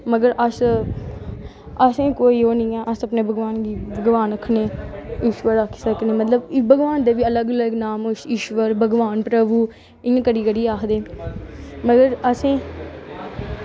मगर अस असें ई कोई ओह् निं ऐ अस अपने भगवान गी भगवान आक्खने ईश्वर आक्खी सकने मगर भगवान दे बी असलग अलग नाम न ईश्वर भगवान प्रभु इंया करी करी आक्खदे ते असेंगी